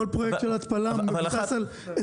כל פרויקט של התפלה מבוסס על,